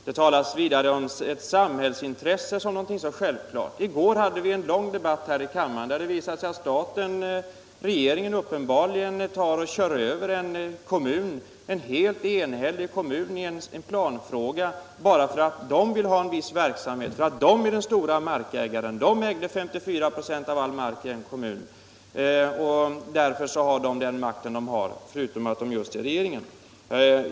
Det talas vidare om ett samhällsintresse som någonting självklart. I går hade vi en lång debatt här i kammaren där det visade sig att regeringen uppenbarligen kör över en helt enhällig kommun i en planfråga bara därför att staten vill ha en viss verksamhet. Staten äger 54 96 av all mark i en kommun, och regeringen har därför makt att bestämma över marken — bortsett från sin makt som regering.